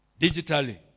Digitally